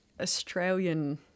Australian